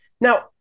now